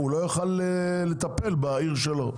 הוא לא יוכל לטפל בעיר שלו.